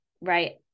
right